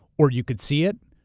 or you could see it,